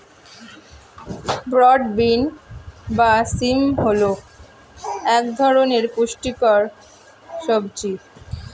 broad bean বা শিম হল এক ধরনের পুষ্টিকর সবজি